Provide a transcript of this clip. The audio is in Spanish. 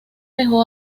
dejó